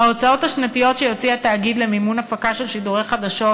ההוצאה השנתית שיוציא התאגיד למימון הפקה של שידורי חדשות